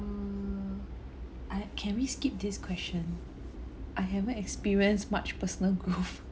mm I can we skip this question I haven't experience much personal growth